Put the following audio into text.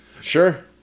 Sure